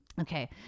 Okay